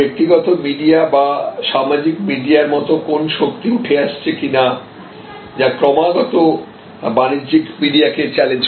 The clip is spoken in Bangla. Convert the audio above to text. ব্যক্তিগত মিডিয়া বা সামাজিক মিডিয়ার মতো কোন শক্তি উঠে আসছে কিনা যা ক্রমাগত বাণিজ্যিক মিডিয়াকে চ্যালেঞ্জ করে